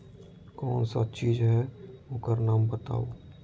कौन सा चीज है ओकर नाम बताऊ?